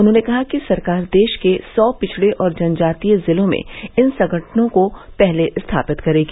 उन्होंने कहा कि सरकार देश के सौ पिछड़े और जनजातीय जिलों में इन संगठनों को पहले स्थापित करेगी